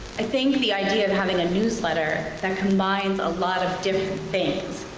i think the idea of having a newsletter that combines a lot of different things,